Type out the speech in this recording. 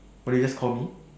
what did you just call me